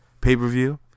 pay-per-view